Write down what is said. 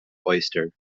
oyster